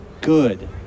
good